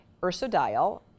ursodiol